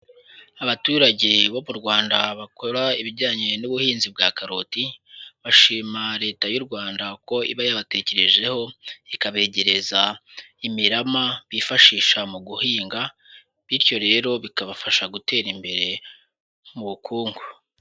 Abaturage bo mu Rwanda bakora ibijyanye n'ubuhinzi bwa karoti, bashima Leta y'u Rwanda ko iba yabatekerejeho ikabegereza imirama bifashisha mu guhinga, bityo rero bikabafasha gutera imbere mu bukungu.